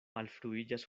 malfruiĝas